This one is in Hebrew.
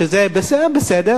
שזה בסדר,